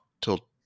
till